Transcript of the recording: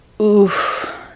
Oof